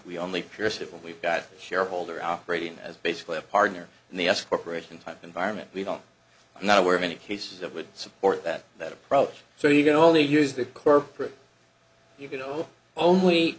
we only pure civil we've got shareholder operating as basically a partner in the s corp type environment we don't i'm not aware of any cases that would support that that approach so you can only use the corporate you can only